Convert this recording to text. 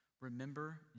remember